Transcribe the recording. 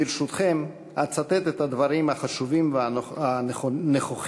ברשותכם, אצטט את הדברים החשובים והנכוחים,